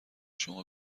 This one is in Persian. شما